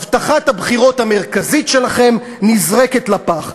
הבטחת הבחירות המרכזית שלכם נזרקת לפח,